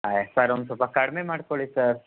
ಹಾಂ ಸರ್ ಒಂದು ಸ್ವಲ್ಪ ಕಡಿಮೆ ಮಾಡಿಕೊಳ್ಳಿ ಸರ್